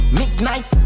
midnight